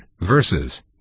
verses